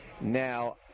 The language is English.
now